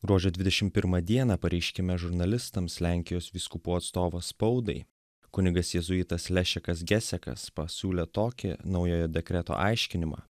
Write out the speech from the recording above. gruodžio dvidešim pirmą dieną pareiškime žurnalistams lenkijos vyskupų atstovas spaudai kunigas jėzuitas lešikas gesekas pasiūlė tokį naujojo dekreto aiškinimą